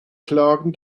klagen